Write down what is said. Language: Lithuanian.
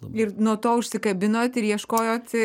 ir nuo to užsikabinot ir ieškojot